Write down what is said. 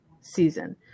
season